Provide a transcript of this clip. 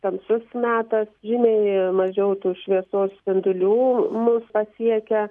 tamsus metas žymiai mažiau tų šviesos spindulių mus pasiekia